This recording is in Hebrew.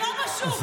לא מדברים ככה.